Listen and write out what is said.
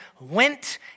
went